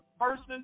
person